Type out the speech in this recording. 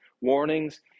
warnings